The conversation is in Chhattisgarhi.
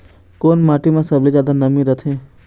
कोन माटी म सबले जादा नमी रथे?